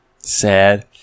Sad